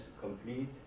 complete